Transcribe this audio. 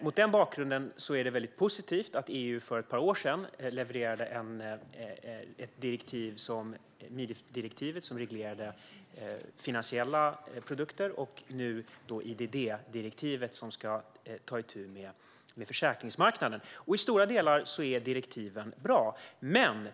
Mot den bakgrunden är det positivt att EU för ett par år sedan levererade ett direktiv, Mifid-direktivet, som reglerade finansiella produkter, och nu levererar IDD-direktivet, som ska ta itu med försäkringsmarknaden. I stora delar är direktiven bra.